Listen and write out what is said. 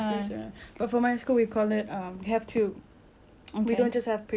we don't just have prefect we have like a two uh different roles